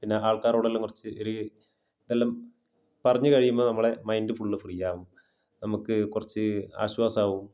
പിന്നെ ആള്ക്കാറോടെല്ലാം കുറച്ച് ഒര്ല് ഇതെല്ലാം പറഞ്ഞ് കഴിയുമ്പോൾ നമ്മളെ മൈന്ഡ് ഫുള്ള് ഫ്രീ ആവും നമ്മൾക്ക് കുറച്ച് ആശ്വാസമാവും